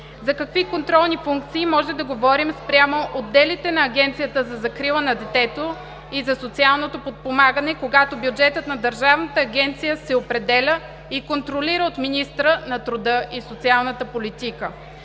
За какви контролни функции може да говорим спрямо отделите на Агенцията за закрила на детето и за социалното подпомагане, когато бюджетът на Държавната агенция се определя и контролира от министъра на труда и социалната политика?